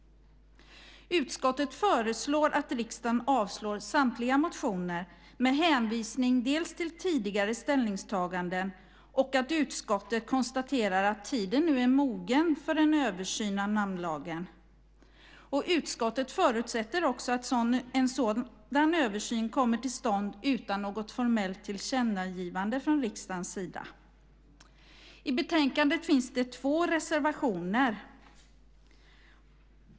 Utskottet föreslår att riksdagen avslår samtliga motioner med hänvisning dels till tidigare ställningstaganden, dels till att utskottet konstaterar att tiden nu är mogen för en översyn av namnlagen. Utskottet förutsätter också att en sådan översyn kommer till stånd utan något formellt tillkännagivande från riksdagens sida. I betänkandet finns det två reservationer.